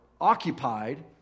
occupied